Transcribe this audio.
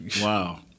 Wow